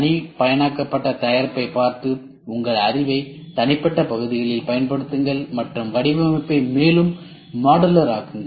தனிப்பயனாக்கப்பட்ட தயாரிப்பைப் பார்த்து உங்கள் அறிவை தனிப்பட்ட பகுதிகளில் பயன்படுத்துங்கள் மற்றும் வடிவமைப்பை மேலும் மாடுலர் ஆக்குங்கள்